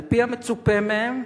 על-פי המצופה מהם,